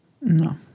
No